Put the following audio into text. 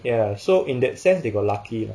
ya so in that sense they got lucky